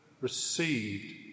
received